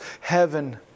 heaven